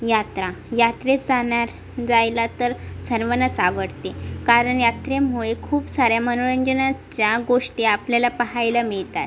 यात्रा यात्रेत जाणार जायला तर सर्वांनाच आवडते कारण यात्रेमुळे खूप साऱ्या मनोरंजनाच्या गोष्टी आपल्याला पाहायला मिळतात